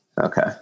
okay